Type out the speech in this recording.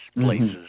places